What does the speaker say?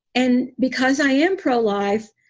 and because i am pro-life,